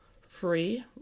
free